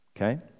Okay